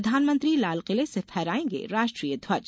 प्रधानमंत्री लालकिले से फहरायेंगे राष्ट्रीय ध्वज